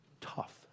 tough